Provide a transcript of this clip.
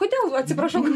kodėl atsiprašau